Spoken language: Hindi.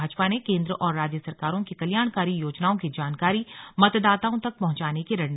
भाजपा ने केंद्र और राज्य सरकारों की कल्याणकारी योजनाओं की जानकारी मतदाताओं तक पहुंचाने की रणनीति बनाई है